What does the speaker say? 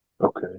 Okay